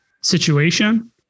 situation